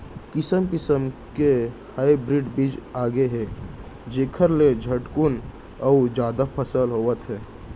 किसम किसम के हाइब्रिड बीजा आगे हे जेखर ले झटकुन अउ जादा फसल होवत हे